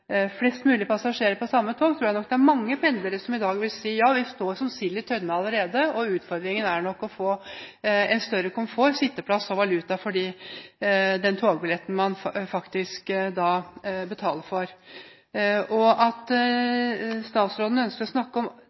flest mulig passasjerer på samme tog, tror jeg mange pendlere i dag vil si: Ja, vi står som sild i tønne allerede. Utfordringen er nok å få større komfort, sitteplass og valuta for den togbilletten man betaler for. At statsråden ønsker å snakke om